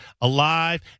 alive